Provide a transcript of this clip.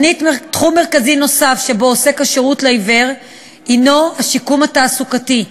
תחום מרכזי נוסף שבו עוסק השירות לעיוור הוא שיקום תעסוקתי.